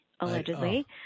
allegedly